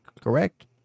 correct